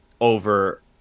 over